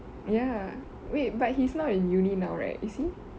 ya wait but he's not in uni now right is he